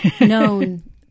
known